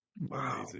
Wow